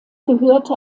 gehörte